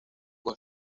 con